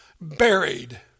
buried